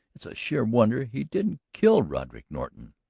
it's a sheer wonder he didn't kill roderick norton!